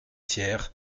tiers